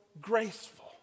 graceful